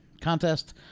contest